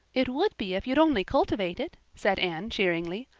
it would be if you'd only cultivate it, said anne cheeringly.